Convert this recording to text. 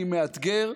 אני מאתגר,